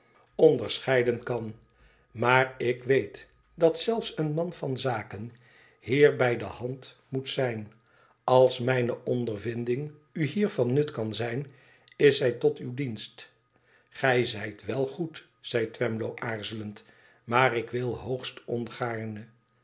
scheiden kan maar ik weet dat zelfe een man van zaken hier bij de hand moet zijn als mijne ondervinding u hier van nut kan zijn is zij tot uw dienst gij zijt wel goed zei twemlow aarzelend imaar ik wil hoogst